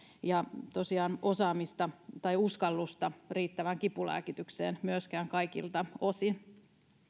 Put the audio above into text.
ja tosiaan osaamista tai uskallusta riittävään kipulääkitykseen myöskään kaikilta osin